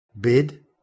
bid